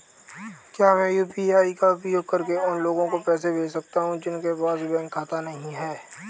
क्या मैं यू.पी.आई का उपयोग करके उन लोगों को पैसे भेज सकता हूँ जिनके पास बैंक खाता नहीं है?